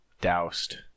Doused